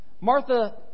Martha